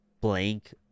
blank